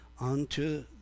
unto